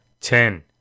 Ten